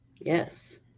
Yes